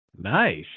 Nice